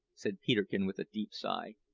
said peterkin with a deep sigh.